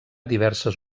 diverses